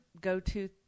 go-to